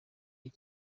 iyo